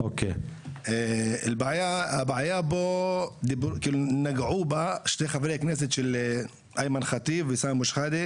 נגעו בבעיה פה שני חברי הכנסת אימאן ח'טיב וסמי אבו שחאדה,